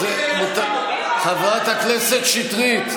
חברת הכנסת שטרית.